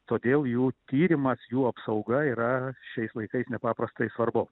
todėl jų tyrimas jų apsauga yra šiais laikais nepaprastai svarbu